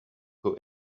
who